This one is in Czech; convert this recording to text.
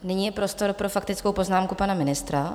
Nyní je prostor pro faktickou poznámku pana ministra.